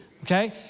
Okay